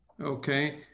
okay